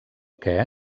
què